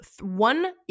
One